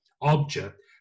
object